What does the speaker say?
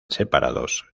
separados